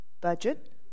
budget